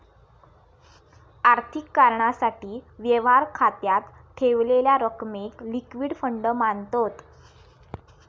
आर्थिक कारणासाठी, व्यवहार खात्यात ठेवलेल्या रकमेक लिक्विड फंड मांनतत